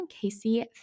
Casey